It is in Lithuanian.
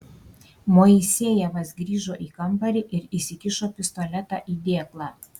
moisejevas grįžo į kambarį ir įsikišo pistoletą į dėklą